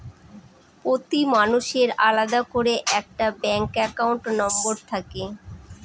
প্রতি মানুষের আলাদা করে একটা ব্যাঙ্ক একাউন্ট নম্বর থাকে